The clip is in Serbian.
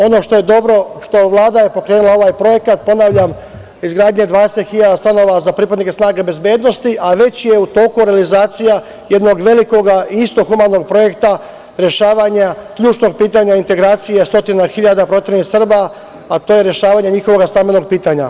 Ono što je dobro, što je Vlada pokrenula ovaj projekat, ponavljam izgradnja 20.000 stanova za pripadnike snaga bezbednosti, a već je u toku realizacija jednog velikog, isto humanog projekta, rešavanja ključnog pitanja integracija od stotine hiljada proteranih Srba, a to je rešavanje njihovog stambenog pitanja.